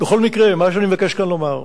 בכל מקרה, מה שאני מבקש לומר,